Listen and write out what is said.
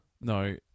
no